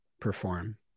perform